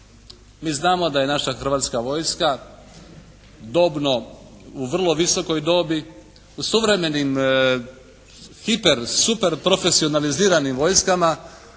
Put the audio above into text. Mi znamo da je naša Hrvatska vojska dobno u vrlo visokoj dobi. U suvremenim hiper super profesionaliziranim vojskama